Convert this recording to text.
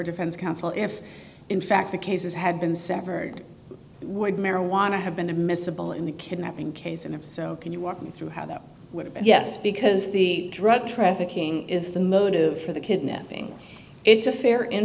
defense counsel if in fact the cases had been severed would marijuana have been admissible in the kidnapping case and if so can you walk me through how that would be yes because the drug trafficking is the motive for the kidnapping it's a fair in